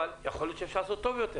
אבל יכול להיות שאפשר לעשות טוב יותר.